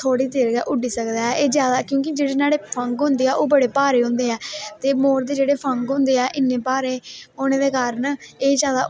थोह्डी चिर गै उड्डी सकदा ऐ एह् ज्यादा नेईं क्योंकि एहदे जेहडे़ फंघ होंदे नी ओह् बडे़ भारे होंदे ऐ ते मोर दे जहेडे़ फंघ होंदे ऐ इन्ने भारे होने दे बारे होने काऱण एह् ज्यादा